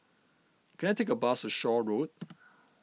can I take a bus Shaw Road